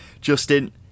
Justin